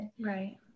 Right